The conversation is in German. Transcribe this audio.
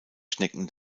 schnecken